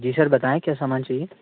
जी sir बताएँ क्या सामान चाहिए